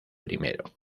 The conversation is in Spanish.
primero